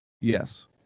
Yes